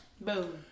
boom